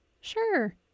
sure